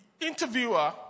interviewer